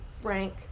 frank